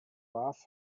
love